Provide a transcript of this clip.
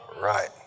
right